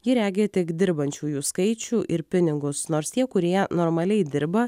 ji regi tik dirbančiųjų skaičių ir pinigus nors tie kurie normaliai dirba